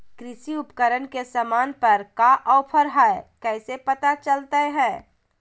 कृषि उपकरण के सामान पर का ऑफर हाय कैसे पता चलता हय?